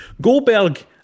Goldberg